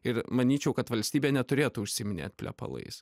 ir manyčiau kad valstybė neturėtų užsiiminėt plepalais